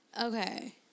Okay